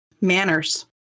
manners